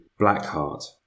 Blackheart